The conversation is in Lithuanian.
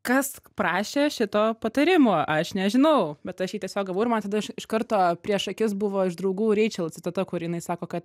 kas prašė šito patarimo aš nežinau bet aš jį tiesiog gavau ir man tada iš iš karto prieš akis buvo iš draugų reičel citata kur jinai sako kad